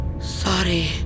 Sorry